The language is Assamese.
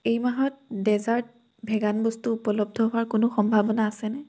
এই মাহত ডেজাৰ্ট ভেগান বস্তু উপলব্ধ হোৱাৰ কোনো সম্ভাৱনা আছেনে